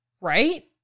Right